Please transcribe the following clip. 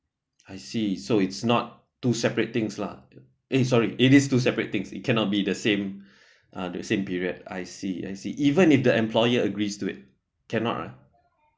I see so it's not two separate things eh sorry it is two separate things it cannot be the same uh the same period I see I see even if the employer agrees to it cannot ah